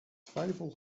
twijfel